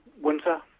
winter